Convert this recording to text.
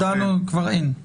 הודענו שכבר אין.